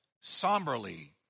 somberly